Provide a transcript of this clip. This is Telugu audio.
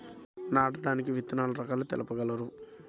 నాటడానికి విత్తన రకాలు తెలుపగలరు?